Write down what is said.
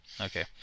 Okay